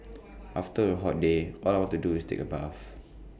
after A hot day all I want to do is take A bath